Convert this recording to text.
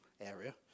area